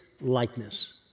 likeness